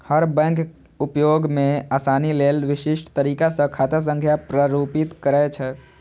हर bank उपयोग मे आसानी लेल विशिष्ट तरीका सं खाता संख्या प्रारूपित करै छै